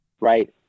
right